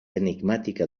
enigmàtica